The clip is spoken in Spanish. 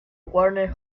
warner